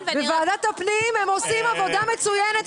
בוועדת הפנים הם עושים עבודה מצוינת,